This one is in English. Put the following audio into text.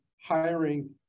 hiring